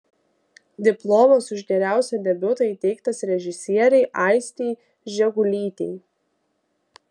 diplomas už geriausią debiutą įteiktas režisierei aistei žegulytei